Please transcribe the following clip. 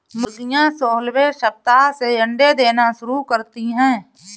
मुर्गियां सोलहवें सप्ताह से अंडे देना शुरू करती है